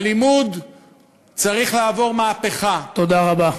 הלימוד צריך לעבור מהפכה, תודה רבה.